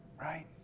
right